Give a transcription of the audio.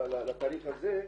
לתהליך הזה,